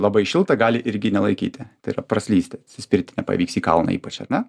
labai šilta gali irgi nelaikyti tai yra praslysti atsispirti nepavyks į kalną ypač ar ne